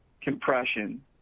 compression